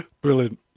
brilliant